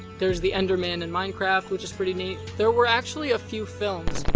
there's the enderman in minecraft, which is pretty neat. there were actually a few films,